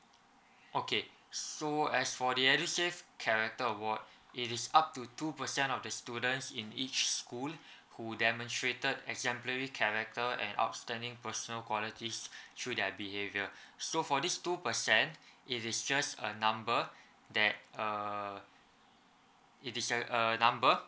okay so as for the edusave character award it is up to two percent of the students in each school who demonstrated exemplary character and outstanding personal qualities through their behaviour so for this two percent it is just a number that uh it is a a number